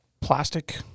plastic